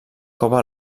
cova